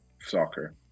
soccer